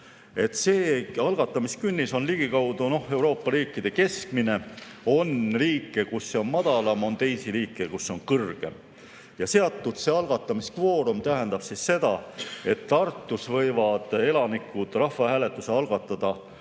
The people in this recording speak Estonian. See algatamiskünnis on ligikaudu Euroopa riikide keskmine. On riike, kus see on madalam, ja on riike, kus see on kõrgem. Seatud algatamiskvoorum tähendab seda, et Tartus võivad elanikud rahvahääletuse algatada